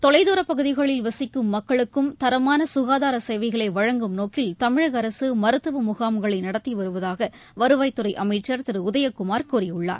தொலைதூரப் பகுதிகளில் வசிக்கும் மக்களுக்கும் தரமான சுகாதார சேவைகளை வழங்கும் நோக்கில் தமிழக அரசு மருத்துவ முகாம்களை நடத்தி வருவதாக வருவாய் துறை அமைச்சர் திரு உதயக்குமார் கூறியுள்ளார்